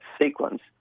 sequence